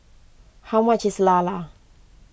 how much is Lala